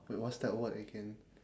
wait what's that word again